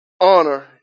honor